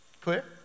Clear